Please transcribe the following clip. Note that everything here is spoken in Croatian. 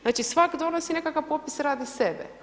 Znači svatko donosi nekakav popis radi sebe.